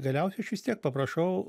galiausiai aš vis tiek paprašau